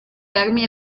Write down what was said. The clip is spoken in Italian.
vermi